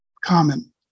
common